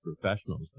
professionals